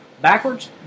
backwards